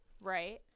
Right